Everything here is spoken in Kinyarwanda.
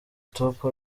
top